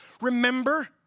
remember